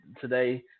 today